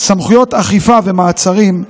(סמכויות אכיפה, מעצרים)